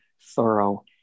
thorough